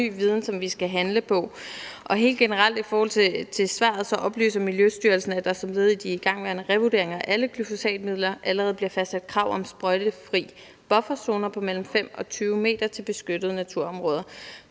vi skal handle på? Helt generelt vil jeg sige, at Miljøstyrelsen oplyser, at der som led i de igangværende revurderinger af alle glyfosatmidler allerede bliver fastsat krav om sprøjtefri bufferzoner på mellem 5 og 20 m til beskyttede naturområder.